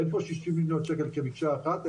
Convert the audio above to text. אין פה 60 מיליון שקל כמקשה אחת,